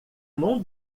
mão